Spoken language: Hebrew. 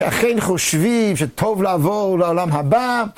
ואכן חושבים שטוב לעבור לעולם הבא.